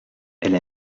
elle